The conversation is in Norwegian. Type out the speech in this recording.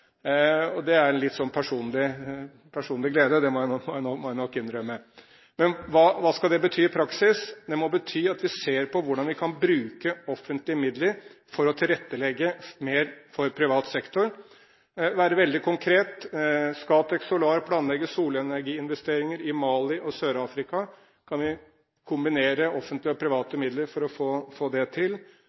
Det er litt en personlig glede, det må jeg nok innrømme. Men hva skal det bety i praksis? Det må bety at vi ser på hvordan vi kan bruke offentlige midler for å tilrettelegge mer for privat sektor. For å være veldig konkret: Scatec Solar planlegger solenergiinvesteringer i Mali og Sør-Afrika. Da kan vi kombinere private og offentlige midler for å få det til.